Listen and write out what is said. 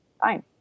fine